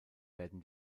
werden